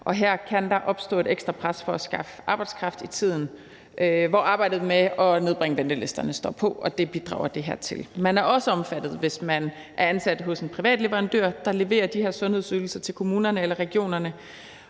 Her kan der opstå et ekstra pres for at skaffe arbejdskraft i tiden, hvor arbejdet med at nedbringe ventelisterne står på, og det bidrager det her til. Man er også omfattet, hvis man er ansat hos en privat leverandør, der leverer de her sundhedsydelser til kommunerne eller regionerne.